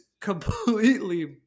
completely